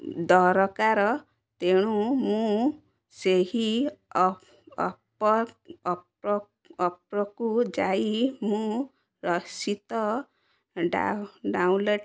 ଦରକାର ତେଣୁ ମୁଁ ସେହି ଆପ୍କୁ ଯାଇ ମୁଁ ରସିିଦ୍ ଡାଉନଲୋଡ୍